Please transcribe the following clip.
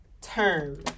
term